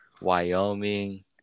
Wyoming